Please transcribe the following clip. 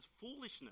foolishness